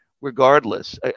regardless